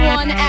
one